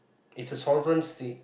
it's a sovereign state